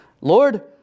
Lord